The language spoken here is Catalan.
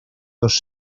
dos